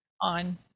on